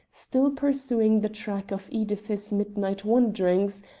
still pursuing the track of edith's midnight wanderings,